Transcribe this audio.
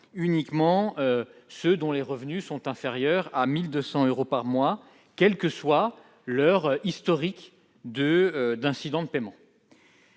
uniquement ceux dont les revenus sont inférieurs à 1 200 euros par mois, quel que soit leur historique d'incidents de paiement.